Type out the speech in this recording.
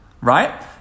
Right